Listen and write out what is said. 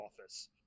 office